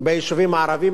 אני פשוט